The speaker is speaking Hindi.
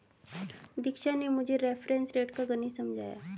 दीक्षा ने मुझे रेफरेंस रेट का गणित समझाया